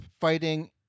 fighting